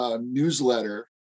newsletter